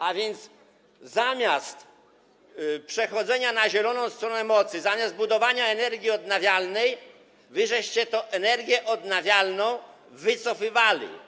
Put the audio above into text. A więc zamiast przechodzenia na zieloną stronę mocy, zamiast budowania energii odnawialnej, wy tę energię odnawialną wycofywaliście.